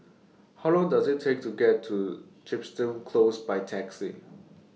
How Long Does IT Take to get to Chepstow Close By Taxi